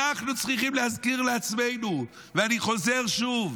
אנחנו צריכים להזכיר לעצמנו, ואני חוזר שוב: